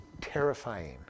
terrifying